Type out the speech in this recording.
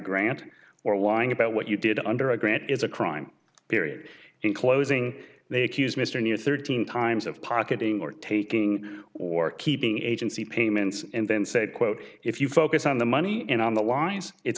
grant or lying about what you did under a grant is a crime period in closing they accuse mr near thirteen times of pocketing or taking or keeping agency payments and then said quote if you focus on the money in on the lines it's